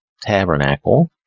tabernacle